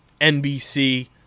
NBC